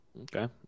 okay